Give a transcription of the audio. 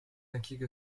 inquiets